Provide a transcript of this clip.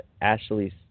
Ashley's